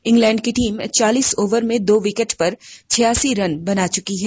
England की team चालीस over में दो विकेट पर छियासी रन बना चुकी है